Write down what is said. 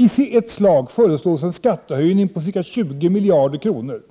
I ett slag föreslås en skattehöjning på ca 20 miljarder kronor,